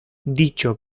dicho